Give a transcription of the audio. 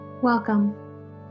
Welcome